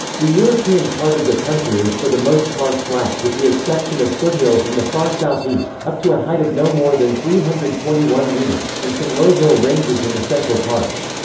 the european part of the country is for the most part flat, with the exception of foothills in the far southeast, up to a height of no more than three hundred and twenty one metres, and some low hill ranges in the central parts.